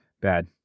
Bad